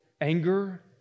Anger